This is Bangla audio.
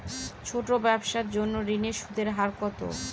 ছোট ব্যবসার জন্য ঋণের সুদের হার কত?